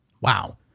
Wow